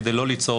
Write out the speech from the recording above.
כדי לא ליצור,